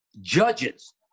Judges